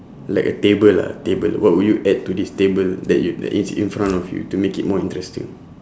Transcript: like a table ah table what would you add to this table that y~ that is in front of you to make it more interesting